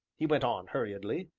he went on hurriedly.